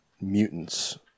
mutants